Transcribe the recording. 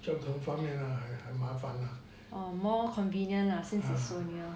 交通方面啊很麻烦啊:jiao tong fang a hen ma fan a